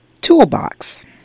Toolbox